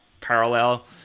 parallel